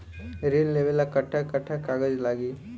ऋण लेवेला कट्ठा कट्ठा कागज लागी?